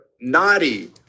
naughty